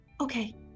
Okay